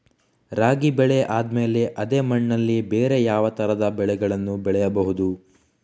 ರಾಗಿ ಬೆಳೆ ಆದ್ಮೇಲೆ ಅದೇ ಮಣ್ಣಲ್ಲಿ ಬೇರೆ ಯಾವ ತರದ ಬೆಳೆಗಳನ್ನು ಬೆಳೆಯಬಹುದು?